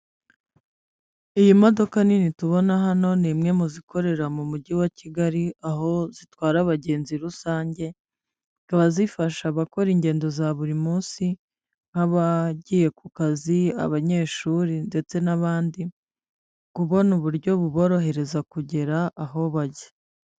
Iyi modoka nini tubona hano ni imwe mu zikorera mu mujyi wa Kigali aho zitwara abagenzi rusange, zikaba zifasha abakora ingendo za buri munsi. nk'abagiye ku kazi abanyeshuri ndetse n'abandi, kubona uburyo buborohereza kugera aho bajya.